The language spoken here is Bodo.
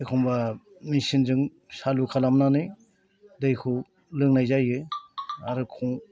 एखमब्ला मेचिनजों सालु खालामनानै दैखौ लोंनाय जायो आरो